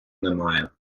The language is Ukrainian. немає